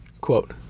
Quote